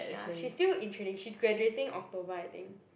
ya she's still in training she graduating October I think